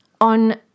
on